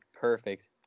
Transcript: perfect